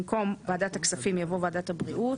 במקום "ועדת הכספים" יבוא "ועדת הבריאות";